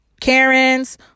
Karens